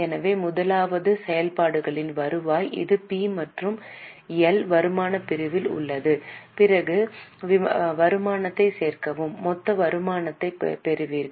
எனவே முதலாவது செயல்பாடுகளின் வருவாய் இது பி மற்றும் எல் வருமான பிரிவில் உள்ளது பிற வருமானத்தைச் சேர்க்கவும் மொத்த வருமானத்தைப் பெறுவீர்கள்